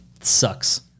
Sucks